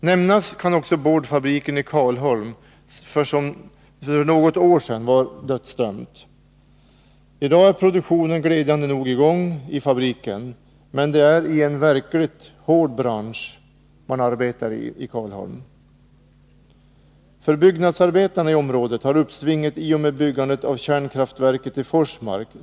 Nämnas kan också boardfabriken i Karlholm, som för något år sedan var dödsdömd. I dag är produktionen glädjande nog i gång i fabriken, men det är i en verkligt hård bransch man arbetar i Karlholm. För byggnadsarbetarna i området kom uppsvinget i och med byggandet av kärnkraftverket i Forsmark.